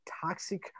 toxic